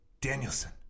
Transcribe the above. Danielson